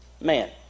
man